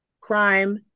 crime